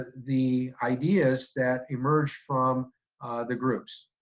the ideas that emerged from the groups.